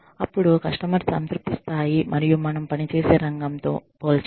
అప్పుడు కస్టమర్ సంతృప్తి స్థాయి మరియు మనం పనిచేసే రంగంతో పోల్చాలి